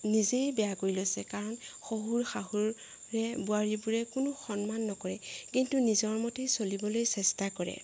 নিজেই বেয়া কৰি লৈছে কাৰণ শহুৰ শাহুৰে বোৱাৰীবোৰে কোনো সন্মান নকৰে কিন্তু নিজৰ মতেই চলিবলৈ চেষ্টা কৰে